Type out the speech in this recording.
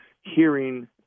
hearing –